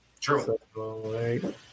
True